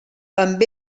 amb